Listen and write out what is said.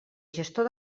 gestor